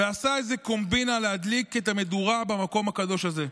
ועשה איזה קומבינה להדליק את המדורה במקום הקדוש הזה.